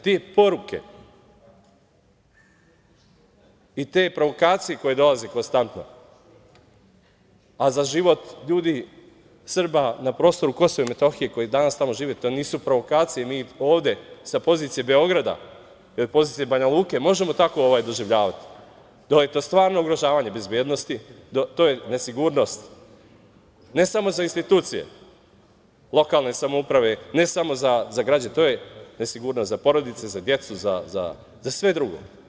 Te poruke, i te provokacije koje dolaze konstantno a za život ljudi, Srba, na prostoru Kosova i Metohije koji danas tamo žive to nisu provokacije i mi ovde sa pozicije Beograda ili pozicije Banjaluke možemo tako doživljavati da je to stvarno ugrožavanje bezbednosti, to je nesigurnost ne samo za institucije lokalne samouprave, ne samo za građane, to je nesigurnost za porodice, za decu, za sve drugo.